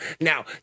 Now